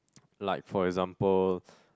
like for example